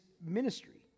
ministry